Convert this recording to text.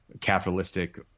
capitalistic